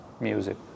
music